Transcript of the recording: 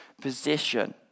position